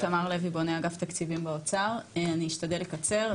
אני אשתדל לקצר.